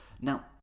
Now